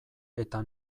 eta